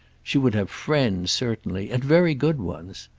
she would have friends, certainly and very good ones.